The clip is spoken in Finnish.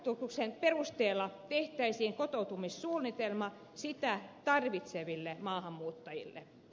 alkukartoituksen perusteella tehtäisiin kotoutumissuunnitelma sitä tarvitseville maahanmuuttajille